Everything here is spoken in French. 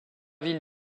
villes